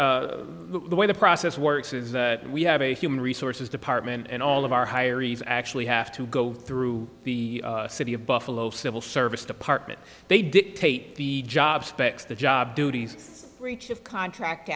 it the way the process works is we have a human resources department and all of our higher e's actually have to go through the city of buffalo civil service department they dictate the job specs the job duties breach of contract